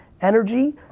energy